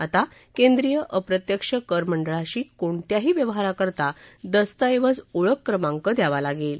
आता केंद्रीय अप्रत्यक्ष कर मंडळाशी कोणत्याही व्यवहाराकरता दस्तऐवज ओळखक्रमांक द्यावा लागेल